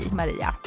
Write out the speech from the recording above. Maria